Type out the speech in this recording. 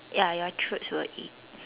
ya your throats will ache